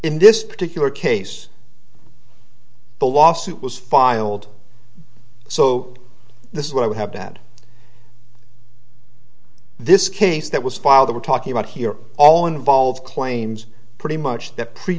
in this particular case the lawsuit was filed so this is what i would have to add this case that was filed we're talking about here all involve claims pretty much that pre